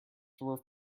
were